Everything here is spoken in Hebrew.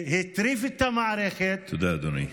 שהטריף את המערכת, תודה, אדוני.